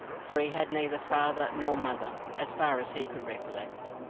for he had neither father nor mother, as far as he could recollect.